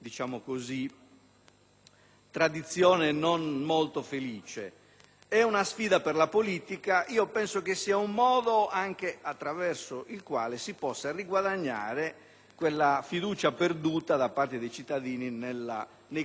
tradizione non molto felice. È una sfida per la politica; penso che sia un modo attraverso il quale si possa riguadagnare quella fiducia perduta da parte dei cittadini nei confronti della politica.